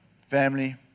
family